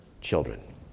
children